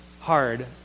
hard